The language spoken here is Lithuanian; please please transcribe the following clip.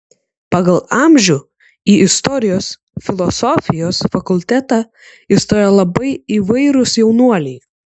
pagal amžių į istorijos filosofijos fakultetą įstojo labai įvairūs jaunuoliai